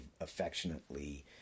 affectionately